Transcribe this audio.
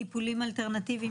טיפולים אלטרנטיביים,